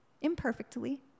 Imperfectly